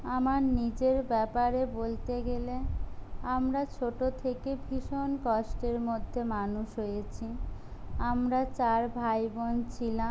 আমার নিজের ব্যাপারে বলতে গেলে আমরা ছোট থেকে ভীষণ কষ্টের মধ্যে মানুষ হয়েছি আমরা চার ভাই বোন ছিলাম